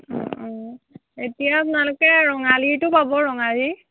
অঁ অঁ এতিয়া আপোনালোকে ৰঙালীটো পাব ৰঙালী